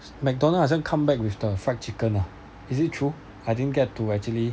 McDonald's 好像 comeback with the fried chicken !huh! is it true I didn't get to actually